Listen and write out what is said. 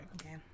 Okay